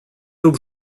rób